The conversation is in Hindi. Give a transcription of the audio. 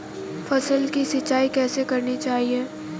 फसल की सिंचाई कैसे करनी चाहिए?